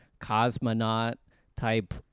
cosmonaut-type